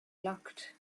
locked